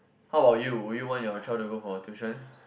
how about you would you want your child to go for tuition